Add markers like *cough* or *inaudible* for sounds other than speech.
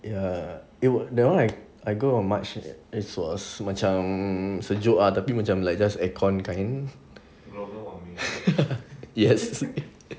ya it was that one I go on march it was macam sejuk ah tapi macam just like aircon kind *laughs* yes *laughs*